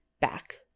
back